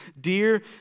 dear